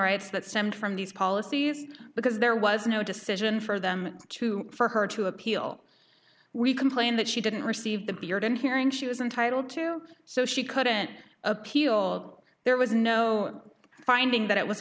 rights that stemmed from these policies because there was no decision for them to for her to appeal we complained that she didn't receive the puritan hearing she was entitled to so she couldn't appeal there was no finding that it was